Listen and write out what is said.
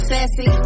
Sassy